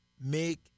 Make